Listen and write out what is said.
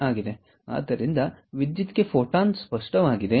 ಆದ್ದರಿಂದ ವಿದ್ಯುತ್ಗೆ ಫೋಟಾನ್ಗಳು ಸ್ಪಷ್ಟವಾಗಿವೆ